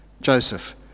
Joseph